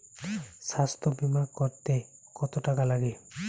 স্বাস্থ্যবীমা করতে কত টাকা লাগে?